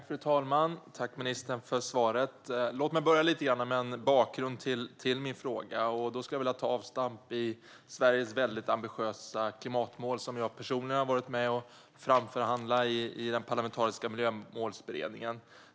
Fru talman! Tack, ministern, för svaret! Låt mig börja med en bakgrund till min fråga. Jag skulle vilja ta avstamp i Sveriges ambitiösa klimatmål, som jag personligen har varit med och framförhandlat i den parlamentariska Miljömålsberedningen.